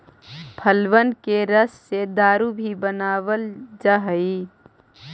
फलबन के रस से दारू भी बनाबल जा हई